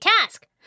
task